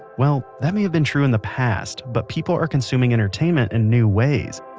well, that may have been true in the past, but people are consuming entertainment in new ways.